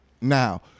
Now